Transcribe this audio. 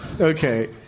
Okay